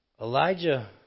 Elijah